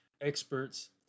experts